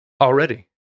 Already